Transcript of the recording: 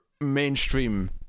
mainstream